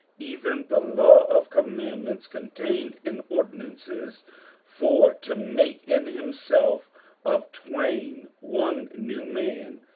even the law of commandments contained in ordinances for to make in himself of twain one new man,